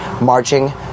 marching